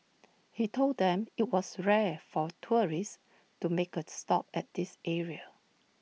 he told them IT was rare for tourists to make A stop at this area